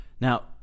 Now